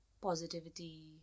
positivity